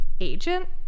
agent